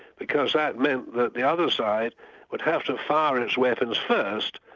because that meant that the other side would have to fire its weapons first,